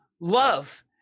love